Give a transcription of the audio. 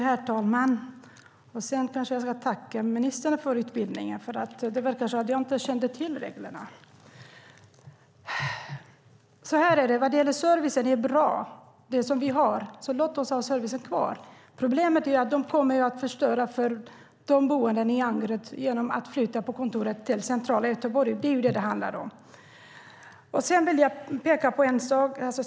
Herr talman! Jag ska tacka ministern för undervisningen. Det verkar som om jag inte kände till reglerna. När det gäller servicen är det så här: Den service vi har är bra, så låt oss ha servicen kvar. Problemet är att man kommer att förstöra för de boende i Angered genom att flytta kontoret till centrala Göteborg. Det är det som det handlar om.